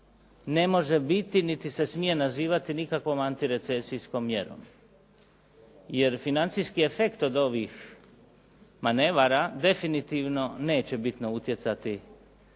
ne može biti niti se smije nazivati nikakvom antirecesijskom mjerom. Jer financijski efekt od ovih manevara definitivno neće bitno utjecati